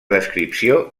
descripció